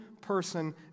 person